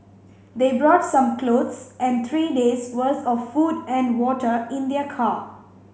they brought some clothes and three days' worth of food and water in their car